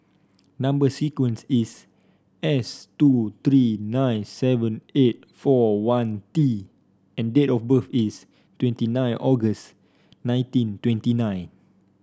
number sequence is S two three nine seven eight four one T and date of birth is twenty nine August nineteen twenty nine